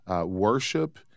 worship